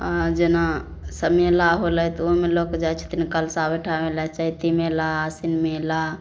आ जेना समेला होलै तऽ ओहिमे लऽ कऽ जाइ छथिन कलशा बैठाबै लऽ चैती मेला आशिन मेला